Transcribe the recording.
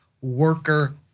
worker